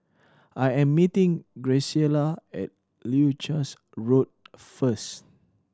I am meeting Graciela at Leuchars Road first